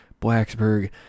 Blacksburg